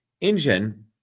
engine